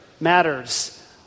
matters